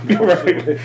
Right